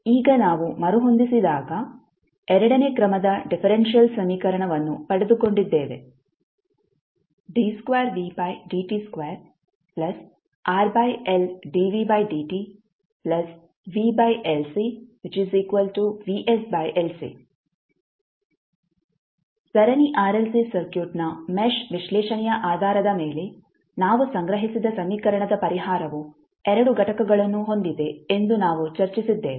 ಈಗ ನಾವು ಮರುಹೊಂದಿಸಿದಾಗ ಎರಡನೇ ಕ್ರಮದ ಡಿಫರೆಂಶಿಯಲ್ ಸಮೀಕರಣವನ್ನು ಪಡೆದುಕೊಂಡಿದ್ದೇವೆ ಸರಣಿ ಆರ್ಎಲ್ಸಿ ಸರ್ಕ್ಯೂಟ್ನ ಮೆಶ್ ವಿಶ್ಲೇಷಣೆಯ ಆಧಾರದ ಮೇಲೆ ನಾವು ಸಂಗ್ರಹಿಸಿದ ಸಮೀಕರಣದ ಪರಿಹಾರವು 2 ಘಟಕಗಳನ್ನು ಹೊಂದಿದೆ ಎಂದು ನಾವು ಚರ್ಚಿಸಿದ್ದೇವೆ